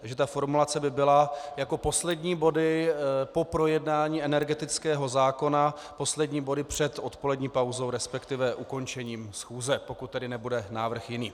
Takže ta formulace by byla jako poslední body po projednání energetického zákona, poslední body před odpolední pauzou, resp. ukončením schůze, pokud tedy nebude návrh jiný.